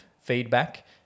feedback